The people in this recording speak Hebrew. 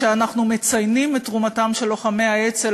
כשאנחנו מציינים את תרומתם של לוחמי האצ"ל